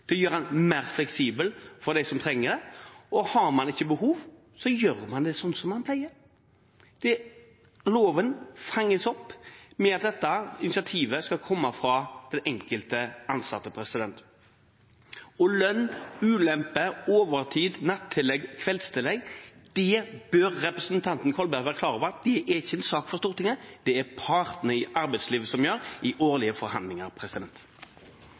gjør den mer fleksibel for dem som trenger det, og har man ikke behov, gjør man slik man pleier. Loven fanger dette opp ved at initiativet skal komme fra den enkelte ansatte. Når det gjelder lønn, ulempe, overtid, nattillegg og kveldstillegg, bør representanten Kolberg være klar over at det ikke er en sak for Stortinget, det er en sak for partene i arbeidslivet i årlige forhandlinger.